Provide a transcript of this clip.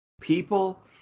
people